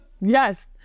yes